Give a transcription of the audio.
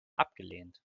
abgelehnt